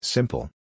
Simple